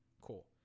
Cool